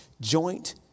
joint